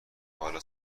حالا